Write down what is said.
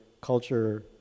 culture